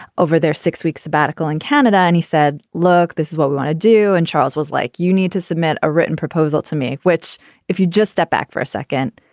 over their six week sabbatical in canada. and he said, look, this is what we want to do. and charles was like, you need to submit a written proposal to me, which if you'd just step back for a second,